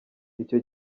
icyo